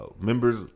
members